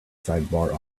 sidebar